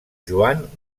joan